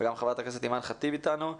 גם חברת הכנסת אימאן ח'טיב איתנו.